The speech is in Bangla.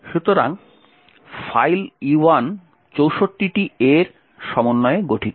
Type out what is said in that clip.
সুতরাং ফাইল E1 64 টি A এর সমন্বয়ে গঠিত